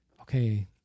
okay